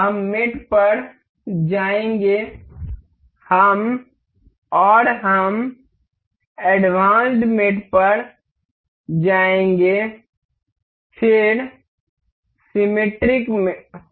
हम मेट पर जाएंगे और हम एडवांस्ड मेट पर जाएंगे फिर सिमेट्रिक होगा